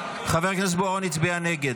חבר הכנסת בוארון הצביע נגד,